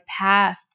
path